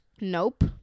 nope